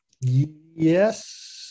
yes